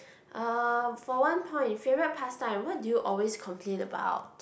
um for one point favourite pastime what do you always complain about